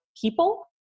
people